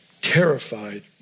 terrified